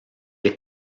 est